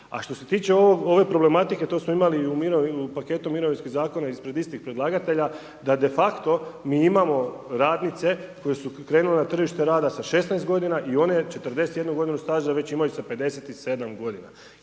A što se tiče ove problematike, to smo imali u paketu mirovinskih zakona ispred istih predlagatelja da de facto mi imamo radnice koje su krenule na tržište rada sa 16 godina i one 41 godinu staža već imaju sa 57 godina